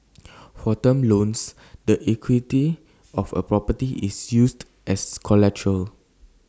for term loans the equity of A property is used as collateral